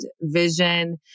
vision